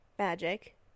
Magic